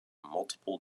multiple